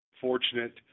fortunate